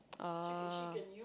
oh